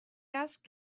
asked